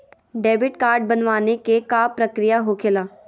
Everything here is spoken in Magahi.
डेबिट कार्ड बनवाने के का प्रक्रिया होखेला?